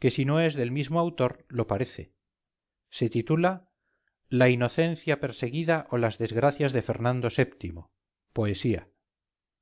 que si no es del mismo autor lo parece se titula la inocencia perseguida o las desgracias de fernando vii poesía